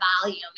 volume